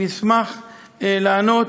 אני אשמח לענות.